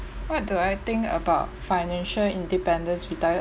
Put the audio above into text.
what do I think about financial independence retire